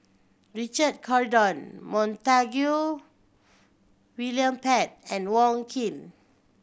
Richard Corridon Montague William Pett and Wong Keen